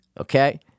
okay